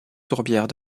tourbières